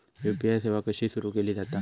UPI सेवा कशी सुरू केली जाता?